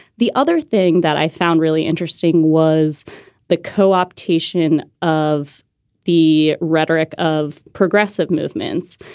the other thing that i found really interesting was the co-optation of the rhetoric of progressive movements.